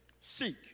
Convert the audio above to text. seek